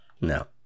No